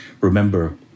remember